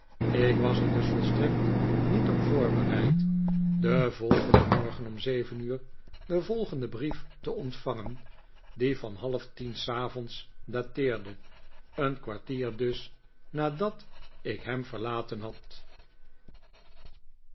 ik was er dus volstrekt niet op voorbereid den volgenden morgen om zeven uur den volgenden brief te ontvangen die van half tien s avonds dateerde een kwartier dus nadat ik hem verlaten had